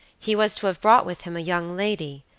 he was to have brought with him a young lady,